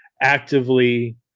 actively